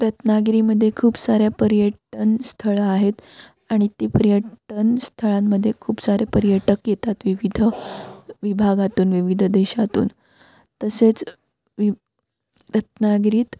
रत्नागिरीमध्ये खूप साऱ्या पर्यटन स्थळं आहेत आणि ती पर्यटन स्थळांमध्ये खूप सारे पर्यटक येतात विविध विभागातून विविध देशातून तसेच वि रत्नागिरीत